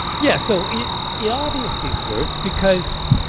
yeah, so it it obviously is worse because,